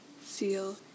seal